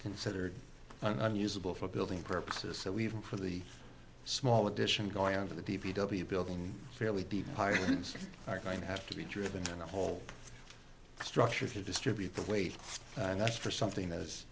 considered an unusable for building purposes so we've been for the small addition going on to the d p w building fairly deep are going to have to be driven on the whole structure to distribute the weight and that's for something that